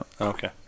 okay